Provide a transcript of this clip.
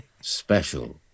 special